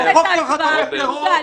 החוק שלך תומך טרור.